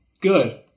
good